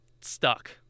stuck